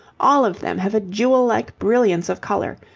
all of them have a jewel-like brilliance of colour,